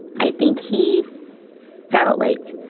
i think he felt like